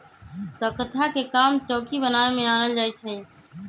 तकख्ता के काम चौकि बनाबे में आनल जाइ छइ